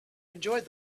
enjoyed